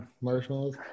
marshmallows